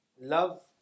love